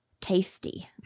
tasty